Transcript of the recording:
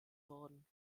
wurden